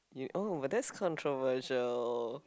ya oh but that's controversial